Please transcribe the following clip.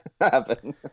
happen